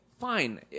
fine